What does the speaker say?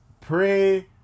Pray